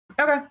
Okay